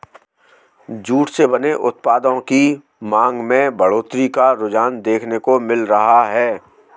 jute से बने उत्पादों की मांग में बढ़ोत्तरी का रुझान देखने को मिल रहा है